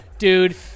Dude